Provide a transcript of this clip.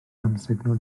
amsugno